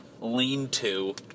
lean-to